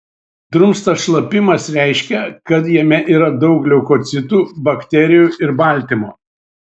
drumstas šlapimas reiškia kad jame yra daug leukocitų bakterijų ir baltymo